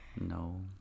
no